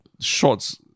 shorts